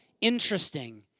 interesting